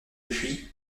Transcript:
depuis